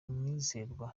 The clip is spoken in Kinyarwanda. umwizerwa